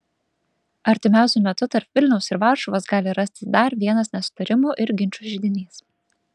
artimiausiu metu tarp vilniaus ir varšuvos gali rastis dar vienas nesutarimų ir ginčų židinys